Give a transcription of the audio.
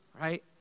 right